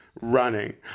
running